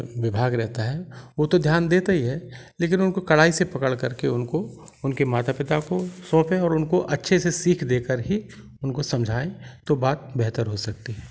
विभाग रहता है वो तो ध्यान देता ही है लेकिन उनको कड़ाई से पकड़ कर के उनको उनके माता पिता को सोपें और उनको अच्छे से सीख देकर ही उनको समझाएं तो बात बेहतर हो सकती है